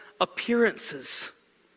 appearances